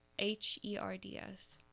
h-e-r-d-s